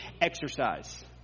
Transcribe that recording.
exercise